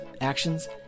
actions